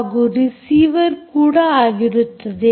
ಹಾಗೂ ರಿಸೀವರ್ ಕೂಡ ಆಗಿರುತ್ತದೆ